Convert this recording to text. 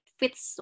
fits